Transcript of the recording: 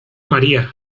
maría